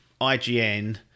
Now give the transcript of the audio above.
IGN